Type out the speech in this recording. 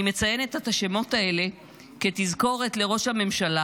אני מציינת את השמות האלה כתזכורת לראש הממשלה,